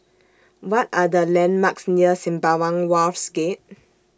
What Are The landmarks near Sembawang Wharves Gate